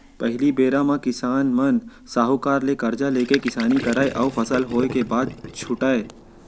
पहिली बेरा म किसान मन साहूकार ले करजा लेके किसानी करय अउ फसल होय के बाद छुटयँ